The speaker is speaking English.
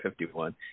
51